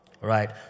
right